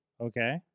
Okay